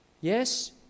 Yes